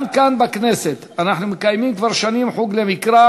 גם כאן בכנסת אנחנו מקיימים כבר שנים חוג למקרא,